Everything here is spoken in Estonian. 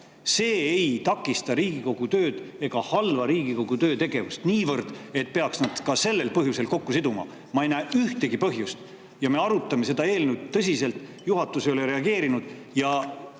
see ei takista Riigikogu tööd ega halva Riigikogu töötegemist niivõrd, et need peaks sel põhjusel kokku siduma. Ma ei näe selleks ühtegi põhjust. Me arutame seda eelnõu tõsiselt, aga juhatus ei ole reageerinud ja